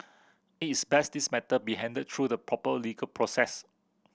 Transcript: it is best this matter be handled through the proper legal process